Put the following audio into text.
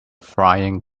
frying